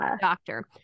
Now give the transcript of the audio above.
doctor